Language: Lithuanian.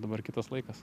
dabar kitas laikas